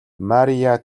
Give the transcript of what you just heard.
мария